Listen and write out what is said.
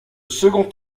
second